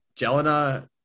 Jelena